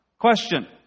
Question